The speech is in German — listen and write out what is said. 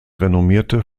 renommierte